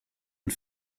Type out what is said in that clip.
and